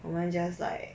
我们 just like